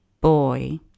boy